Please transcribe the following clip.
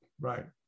right